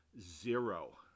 zero